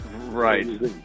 Right